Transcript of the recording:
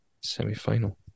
Semi-final